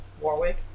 Warwick